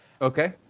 Okay